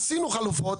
עשינו חלופות,